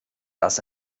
das